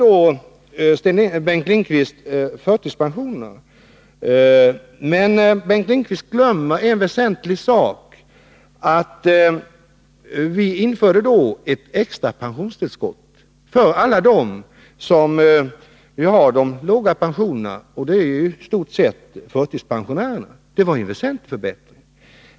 Bengt Lindqvist nämnde vidare förtidspensionerna, men han glömde en väsentlig sak: vi införde ett extra pensionstillskott för dem som nu har låga pensioner, och det är i stort sett förtidspensionärerna. Det var en väsentlig förbättring.